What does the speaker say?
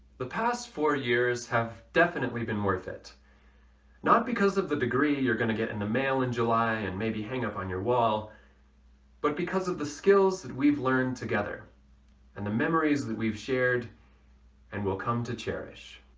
the past four years have definitely been worth it it not because of the degree you're gonna get in the mail in july and maybe hang up on your wall but because of the skills that we've learned together and the memories that we've shared and we'll come to cherish.